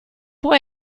può